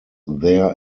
their